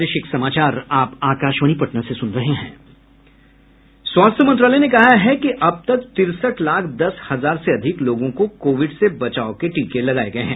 स्वास्थ्य मंत्रालय ने कहा है कि अब तक तिरसठ लाख दस हजार से अधिक लोगों को कोविड से बचाव के टीके लगाये गए हैं